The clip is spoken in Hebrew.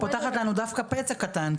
את פותחת לנו דווקא פצע קטן,